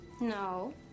No